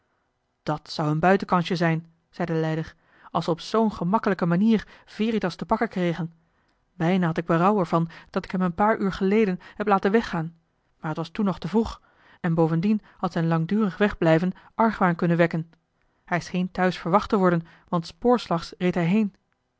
dàt zou een buitenkansje zijn zei de leider als we op zoo'n gemakkelijke manier veritas te pakken kregen bijna had ik berouw er van dat ik hem een paar uur geleden heb laten weggaan maar het was toen nog te vroeg en bovendien had zijn langdurig wegblijven argwaan kunnen wekken hij scheen thuis verwacht te worden want spoorslags reed